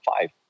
five